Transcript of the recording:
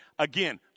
Again